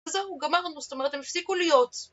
זהו, גמרנו. זאת אומרת, הם הפסיקו להיות.